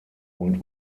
und